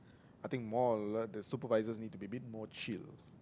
I think more or like the supervisors need to be a bit more chill